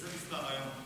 תודה רבה.